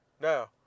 Now